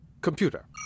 Computer